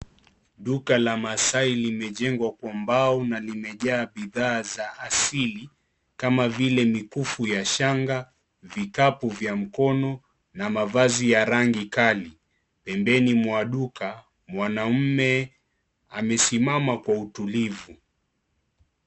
Duka la maasai limejengwa kwa mbao na limejaa bidhaa za hasili kama vile mikufu ya shanga, vikapu vya mkono na mavazi ya rangi kali. Pembeni wa duka, mwanaume amesimama kwa utulivu.